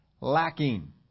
lacking